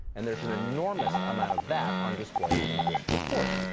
and there is an enormous amount of that on display in this report.